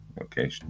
Okay